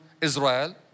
Israel